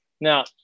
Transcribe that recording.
now